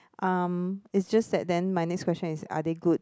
um is just that then my next question is are they good